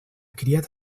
criat